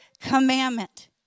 commandment